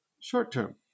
short-term